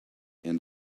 and